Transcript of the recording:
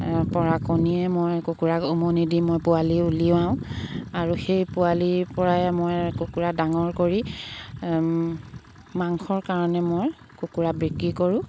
পৰা কণীয়ে মই কুকুৰাক উমনি দি মই পোৱালি উলিয়াওঁ আৰু সেই পোৱালিৰ পৰাই মই কুকুৰা ডাঙৰ কৰি মাংসৰ কাৰণে মই কুকুৰা বিক্ৰী কৰোঁ